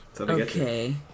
Okay